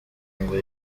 ngo